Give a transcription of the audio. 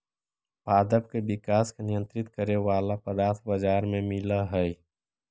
पादप के विकास के नियंत्रित करे वाला पदार्थ बाजार में मिलऽ हई